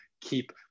keep